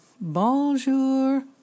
bonjour